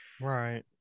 Right